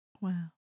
Wow